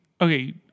okay